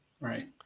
right